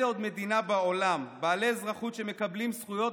באיזו עוד מדינה בעולם בעלי אזרחות שמקבלים זכויות